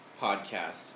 podcast